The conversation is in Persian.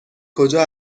کجا